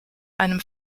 einem